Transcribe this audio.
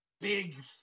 big